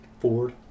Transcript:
Ford